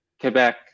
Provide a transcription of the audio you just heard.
Quebec